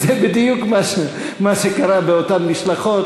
וזה בדיוק מה שקרה באותן משלחות,